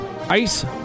ice